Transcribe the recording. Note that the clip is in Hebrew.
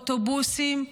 אוטובוסים,